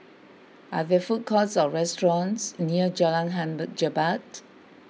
are there food courts or restaurants near Jalan Hang bar Jebat